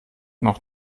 noch